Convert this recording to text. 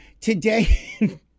Today